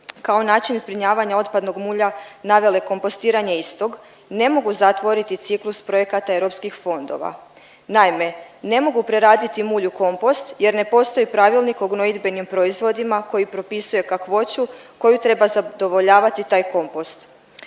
kao način zbrinjavanja otpadnog mulja navele kompostiranje istog, ne mogu zatvoriti ciklus projekata europskih fondova. Naime, ne mogu preraditi mulj u kompost jer ne postoji pravilnik o gnojidbenim proizvodima koji propisuje kakvoću koju treba zadovoljavati taj kompost.